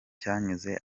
cyanyuze